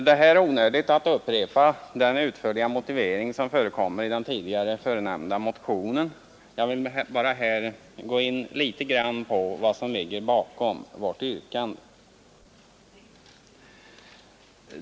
Det är onödigt att här upprepa den utförliga motivering som lämnas i den tidigare nämnda motionen; jag vill bara gå litet grand in på vad som ligger bakom vårt yrkande.